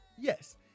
Yes